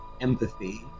Empathy